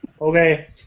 Okay